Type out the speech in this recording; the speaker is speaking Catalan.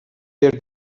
per